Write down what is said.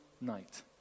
night